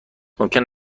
ممکن